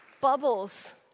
Bubbles